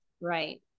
Right